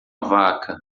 vaca